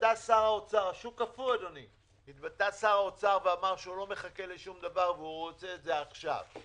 התבטא שר האוצר ואמר שהוא לא מחכה לשום דבר והוא רוצה את זה עכשיו.